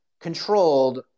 controlled